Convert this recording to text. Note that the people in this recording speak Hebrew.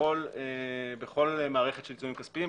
בכל מערכת של עיצומים כספיים,